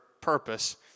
purpose